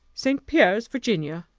st. pierre's virginia!